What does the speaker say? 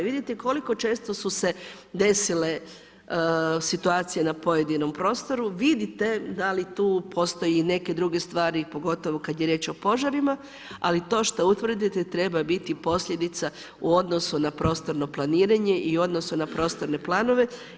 Vidite i koliko često su se desile situacije na pojedinom prostoru, vidite da li tu postoje i neke druge stvari, pogotovo kada je riječ o požarima, ali to što utvrdite treba biti posljedica u odnosu na prostorno planiranje i u odnosu na prostorne planove.